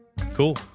Cool